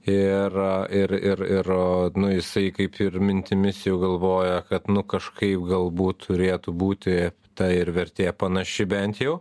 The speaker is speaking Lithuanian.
ir ir ir ir nu jisai kaip ir mintimis jau galvoja kad nu kažkaip galbūt turėtų būti ta ir vertė panaši bent jau